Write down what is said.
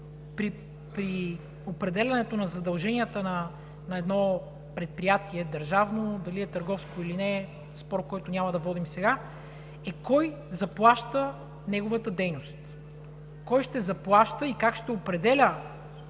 при определянето на задълженията на едно държавно предприятие, дали е търговско или не е – спор, който няма да водим сега, е: кой заплаща неговата дейност, кой ще заплаща и как ще определя